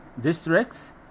districts